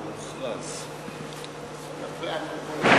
דבר אחד שהוא לא נכון.